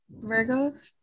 Virgos